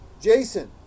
jason